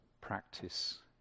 practice